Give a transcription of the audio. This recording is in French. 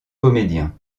comédien